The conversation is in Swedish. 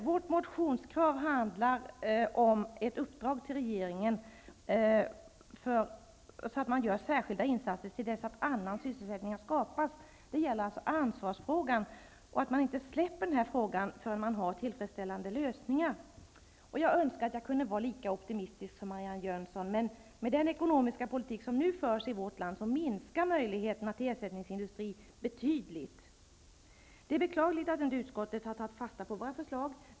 Vårt motionskrav handlar om ett uppdrag till regeringen, så att man gör särskilda insatser till dess annan sysselsättning har skapats. Det gäller alltså ansvarsfrågan och att sysselsättningsfrågan inte släpps förrän man har tillfredsställande lösningar. Jag önskar att jag kunde vara lika optimistisk som Marianne Jönsson, men med den ekonomiska politik som nu förs i vårt land minskar möjligheterna till ersättningsindustri betydligt. Det är beklagligt att inte utskottet har tagit fasta på våra förslag.